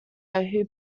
who